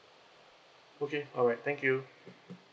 okay alright thank you